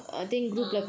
(uh huh)